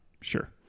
sure